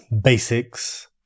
basics